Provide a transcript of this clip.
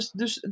dus